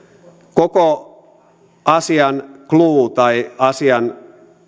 koko asian clou tai asian